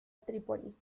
trípoli